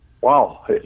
wow